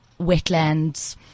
wetlands